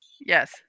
Yes